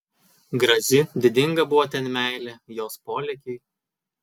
graži didinga buvo ten meilė jos polėkiai